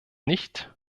nicht